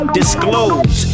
disclose